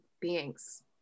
beings